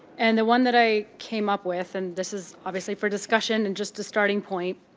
and the one that i came up with and this is obviously for discussion, and just a starting point,